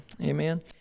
Amen